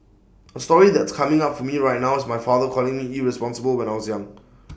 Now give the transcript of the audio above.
A story that's coming up for me right now is my father calling me irresponsible when I was young